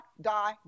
die